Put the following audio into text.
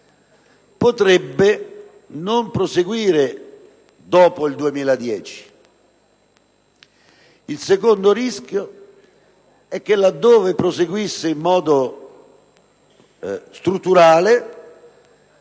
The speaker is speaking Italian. potrebbe non proseguire dopo il 2010. Il secondo rischio è che, laddove la ripresa proseguisse in modo strutturale,